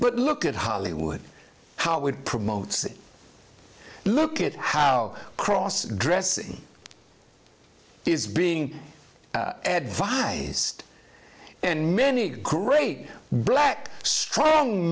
but look at hollywood how would promote see look at how cross dressing is being advised and many great black strong